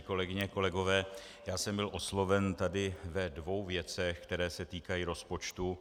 Kolegyně, kolegové, já jsem byl osloven tady ve dvou věcech, které se týkají rozpočtu.